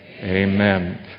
Amen